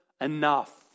enough